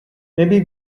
maybe